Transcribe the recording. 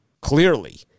clearly